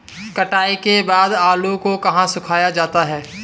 कटाई के बाद आलू को कहाँ सुखाया जाता है?